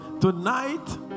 tonight